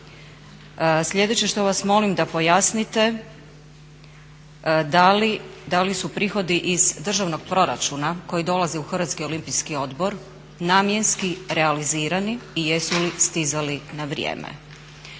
Sljedeće što vas molim da pojasnite da li su prihodi iz državnog proračuna koji dolaze u Hrvatski olimpijski odbor namjenski, realizirani i jesu li stizali na vrijeme?